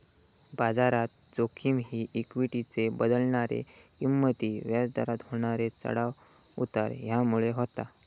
बाजारात जोखिम ही इक्वीटीचे बदलणारे किंमती, व्याज दरात होणारे चढाव उतार ह्यामुळे होता